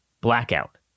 blackout